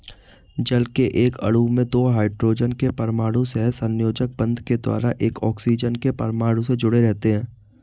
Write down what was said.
जल के एक अणु में दो हाइड्रोजन के परमाणु सहसंयोजक बंध के द्वारा एक ऑक्सीजन के परमाणु से जुडे़ रहते हैं